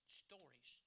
stories